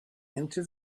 into